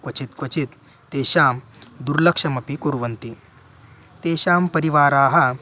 क्वचित् क्वचित् तेषां दुर्लक्षमपि कुर्वन्ति तेषां परिवाराः